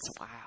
Wow